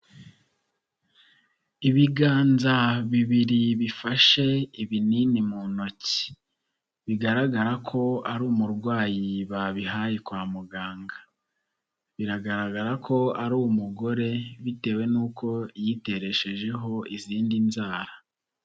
Ibiganza bibiri bifashe ibinini mu ntoki, bigaragara ko ari umurwayi babihaye kwa muganga. Biragaragara ko ari umugore bitewe n'uko yitereshejeho izindi nzara.